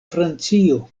francio